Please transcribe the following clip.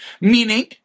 Meaning